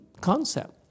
concept